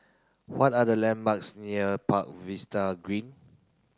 what are the landmarks near Park Green